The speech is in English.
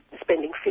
spending